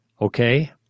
okay